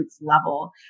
level